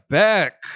back